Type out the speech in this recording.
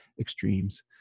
extremes